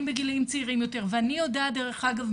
בגילאים צעירים יותר ואני יודעת דרך אגב,